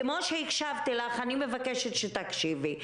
כמו שהקשבתי לך אני מבקשת שתקשיבי.